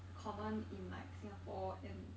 common in like singapore and